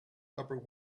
upper